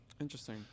Interesting